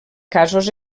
casos